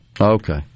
Okay